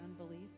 unbelief